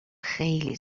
خیلی